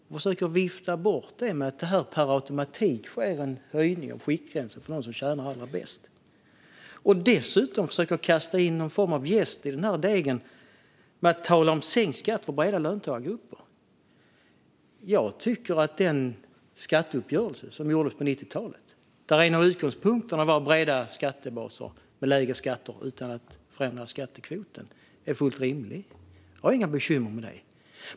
De försöker att vifta bort detta med att det per automatik sker en höjning av skiktgränsen för dem som tjänar allra bäst. Dessutom försöker de att kasta in någon form av jäst i den här degen genom att tala om sänkt skatt för breda löntagargrupper. Jag tycker att den skatteuppgörelse som gjordes på 90-talet, där en av utgångspunkterna var breda skattebaser och lägre skatter utan att förändra skattekvoten, är fullt rimlig. Jag har inga bekymmer med detta.